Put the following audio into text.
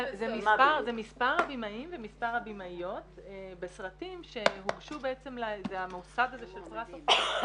זה מספר הבימאים ומספר הבימאיות בסרטים שהוגשו למוסד הזה של פרס אופיר.